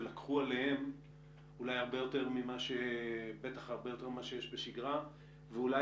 ולקחו עליהם בטח הרבה יותר ממש שיש בשגרה ואולי